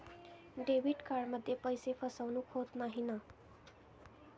Debit कार्डमध्ये पैसे फसवणूक होत नाही ना?